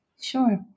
Sure